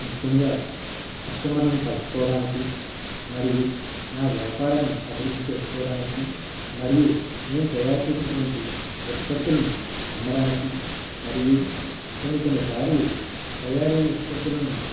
ముఖ్యంగా కస్టమర్లను కలుసుకోవడానికి మరియు నా వ్యాపారాన్ని అభివృద్ధి చేసుకోవడానికి మరియు నేను తయారు చేసినటువంటి ఉత్పత్తులను అమ్మడానికి మరియు కొన్ని కొన్ని సార్లు తయారీ ఉత్పత్తులను